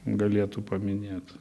galėtų paminėt